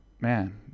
man